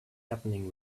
happening